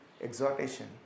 exhortation